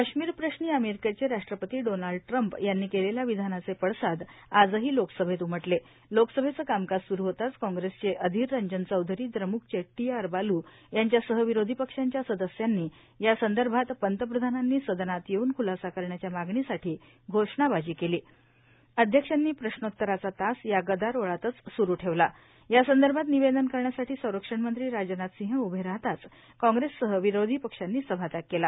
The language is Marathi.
काश्मीर प्रश्नी अमेरिकेचे राष्ट्रपती डोनाल्ड ट्रम्प यांनी केलेल्या विधानाचे पडसाद आजही लोकसभेत उमटलेण् लोकसभेचं कामकाज सुरू होताचए काँग्रेसचे अधीर रंजन चौधरीए द्रमुकचे टी आर बालूए यांच्यासह विरोधी पक्षांच्या सदस्यांनीए या संदर्भात पंतप्रधानांनी सदनात येऊन खुलासा करण्याच्या मागणीसाठी घोषणाबाजी केली अध्यक्षांनी प्रश्नोतराचा तास या गदारोळातच सुरू ठेवला यासंदर्भात निवदेन करण्यासाठी संरक्षणमंत्री राजनाथ सिंह उभे राहताचए काँग्रेससह विरोधी पक्षांनी सभात्याग केला